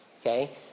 okay